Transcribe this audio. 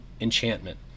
enchantment